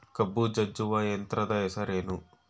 ಕಬ್ಬು ಜಜ್ಜುವ ಯಂತ್ರದ ಹೆಸರೇನು?